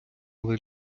але